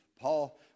Paul